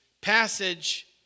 passage